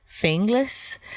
Fingless